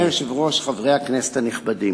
להצעת החוק הבאה, הצעת חוק ממשלתית,